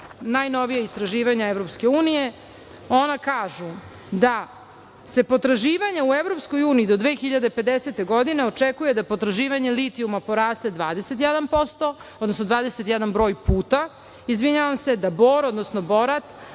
najnovija istraživanja EU ona kažu da se potraživanja u EU do 2050. godine očekuje da potraživanje litijuma poraste 21%, odnosno 21 broj puta, izvinjavam se, da bor, odnosno borat